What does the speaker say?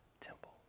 temple